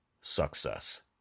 success